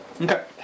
Okay